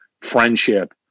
friendship